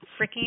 freaking